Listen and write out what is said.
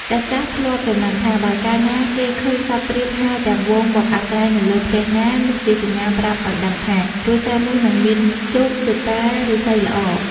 ចាស់ៗ ធ្លាប់ចំណាំថា បើកាលណាគេឃើញសត្វព្រាបហើរទាំងហ្វូងមកអាស្រ័យនៅលើផ្ទះណា នោះជាសញ្ញាប្រាប់ឱ្យដឹងថា គ្រួសារនោះនឹងមានជោគជតារាសីល្អ។